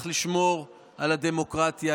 צריך לשמור על הדמוקרטיה.